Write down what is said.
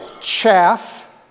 chaff